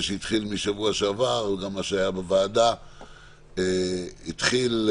שהתחיל כבר בשבוע שעבר התחיל